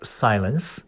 silence